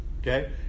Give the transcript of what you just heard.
okay